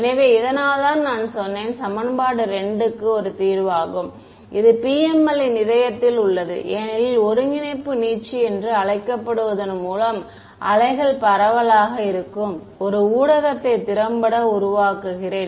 எனவே இதனால்தான் நான் சொன்னேன் இது சமன்பாடு 2 க்கு ஒரு தீர்வாகும் இது PML இன் இதயத்தில் உள்ளது ஏனெனில் ஒருங்கிணைப்பு நீட்சி என்று அழைக்கப்படுவதன் மூலம் வேவ்கள் பரவலாக இருக்கும் ஒரு ஊடகத்தை திறம்பட உருவாக்குகிறேன்